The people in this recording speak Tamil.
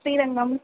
ஸ்ரீரங்கம்